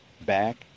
back